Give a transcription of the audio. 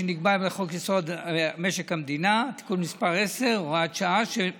כפי שנקבע בחוק-יסוד: משק המדינה (תיקון מס' 10 והוראת שעה לשנת 2020),